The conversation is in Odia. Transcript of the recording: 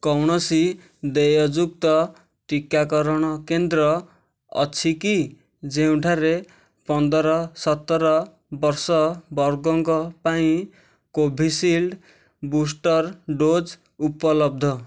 କୌଣସି ଦେୟଯୁକ୍ତ ଟିକାକରଣ କେନ୍ଦ୍ର ଅଛି କି ଯେଉଁଠାରେ ପନ୍ଦର ସତର ବର୍ଷ ବର୍ଗଙ୍କ ପାଇଁ କୋଭିଶୀଲ୍ଡ ବୁଷ୍ଟର ଡୋଜ୍ ଉପଲବ୍ଧ